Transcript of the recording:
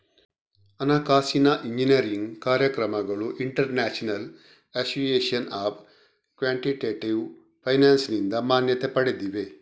ಹಣಕಾಸಿನ ಎಂಜಿನಿಯರಿಂಗ್ ಕಾರ್ಯಕ್ರಮಗಳು international association of quantitative ಫೈನಾನ್ಸಿನಿಂದ ಮಾನ್ಯತೆ ಪಡೆದಿವೆ